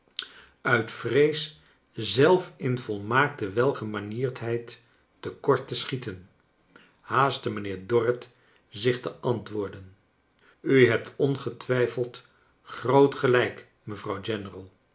uit vrees zelf in volmaakte welgemanierdheid te kort te schieten haastte mijnheer dorrit zich te antwoorden u hebt ongetwijfeld groot gelijk mevrouw